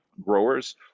Growers